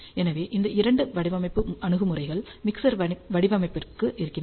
எனவே இந்த இரண்டு வடிவமைப்பு அணுகுமுறைகள் மிக்சர் வடிவமைப்பிற்கு இருக்கின்றன